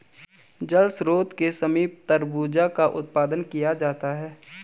जल स्रोत के समीप तरबूजा का उत्पादन किया जाता है